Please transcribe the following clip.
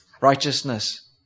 righteousness